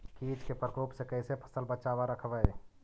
कीट के परकोप से कैसे फसल बचाब रखबय?